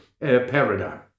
paradigm